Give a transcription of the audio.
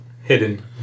Hidden